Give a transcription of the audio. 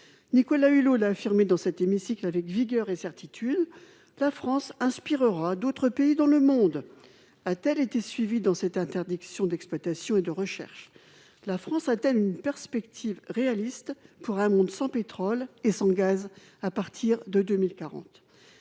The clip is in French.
Nicolas Hulot, l'a affirmé dans cet hémicycle avec vigueur et certitude la France inspirera d'autres pays dans le monde, a-t-elle été suivie dans cette interdiction d'exploitation et de recherche, la France a-t-elle une perspective réaliste pour un monde sans pétrole et son gaz à partir de 2040, à